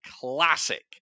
classic